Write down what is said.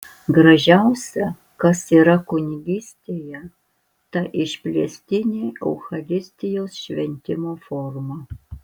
gražiausia kas yra kunigystėje ta išplėstinė eucharistijos šventimo forma